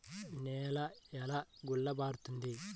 నేల ఎలా గుల్లబారుతుంది?